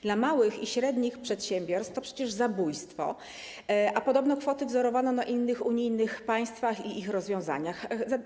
Dla małych i średnich przedsiębiorstw to przecież zabójstwo, a podobno kwoty wzorowano na innych unijnych państwach i ich rozwiązaniach.